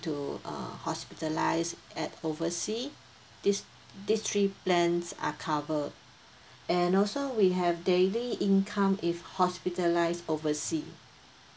to uh hospitalised at oversea this this three plans are cover and also we have daily income if hospitalised oversea